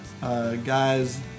guys